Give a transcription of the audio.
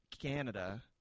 Canada